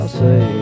say